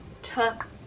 took